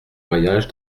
voyage